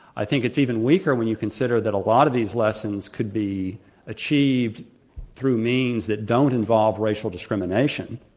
i think it's even weaker when you consider that a lot of these lessons could be achieved through means that don't involve racial discrimination.